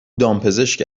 دامپزشک